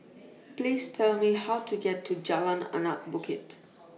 Please Tell Me How to get to Jalan Anak Bukit